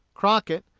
crockett,